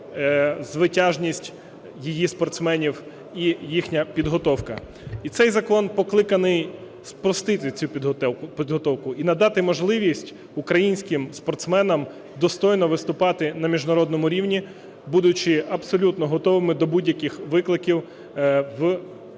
звитяжність її спортсменів і їхня підготовка. І цей закон покликаний спростити цю підготовку і надати можливість українським спортсменам достойно виступати на міжнародному рівні, будучи абсолютно готовими до будь-яких викликів у